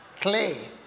clay